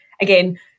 again